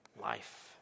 life